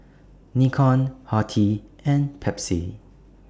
Nikon Horti and Pepsi